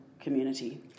community